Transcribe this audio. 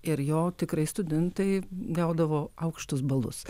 ir jo tikrai studentai gaudavo aukštus balus